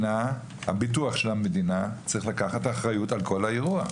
שביטוח המדינה צריך לקחת אחריות על כל האירוע.